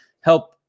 help